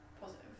positive